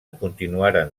continuaren